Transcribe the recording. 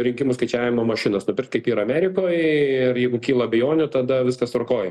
rinkimų skaičiavimo mašinas nupirkt kaip yra amerikoj ir jeigu kyla abejonių tada viskas tvarkoj